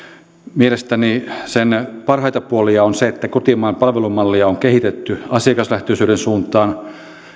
mielestäni sen parhaita puolia on se että kotimaan palvelumallia on kehitetty asiakaslähtöisyyden suuntaan